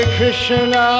Krishna